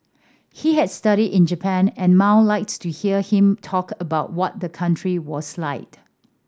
he had studied in Japan and Mao liked to hear him talk about what the country was like